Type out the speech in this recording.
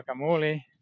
guacamole